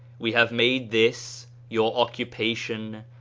we have made this, your occupa tion,